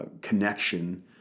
connection